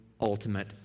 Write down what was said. ultimate